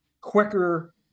quicker